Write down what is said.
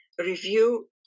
review